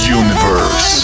universe